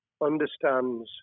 understands